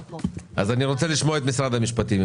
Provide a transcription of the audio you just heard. אז אני רוצה לשמוע את משרד המשפטים.